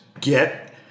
get